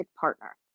partner